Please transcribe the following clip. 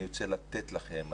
אני רוצה לתת לכם.